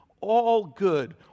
all-good